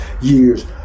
years